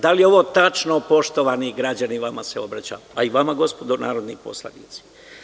Da li je ovo tačno, poštovani građani, vama se obraćam, a i vama narodni poslanici?